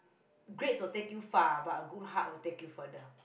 grades will take you far but a good heart will take you further